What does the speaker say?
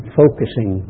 focusing